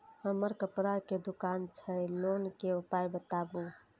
हमर कपड़ा के दुकान छै लोन के उपाय बताबू?